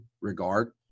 regard